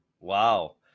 Wow